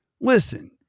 listen